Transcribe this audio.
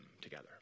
together